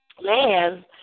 man